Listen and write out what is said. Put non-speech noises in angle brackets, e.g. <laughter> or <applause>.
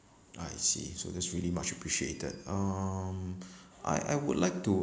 I see so that's really much appreciated um <breath> I I would like to